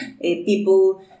people